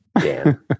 Dan